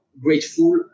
grateful